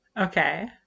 Okay